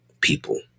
people